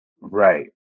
Right